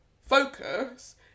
focus